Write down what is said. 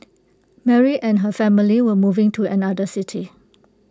Mary and her family were moving to another city